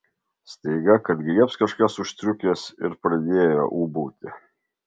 staiga kad griebs kažkas už striukės ir pradėjo ūbauti